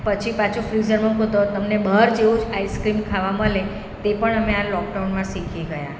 પછી પાછું ફ્રીઝરમાં મૂકો તો તમને બહાર જેવો જ આઈસક્રીમ ખાવા મળે તે પણ અમે આ લોકડાઉનમાં શીખી ગયા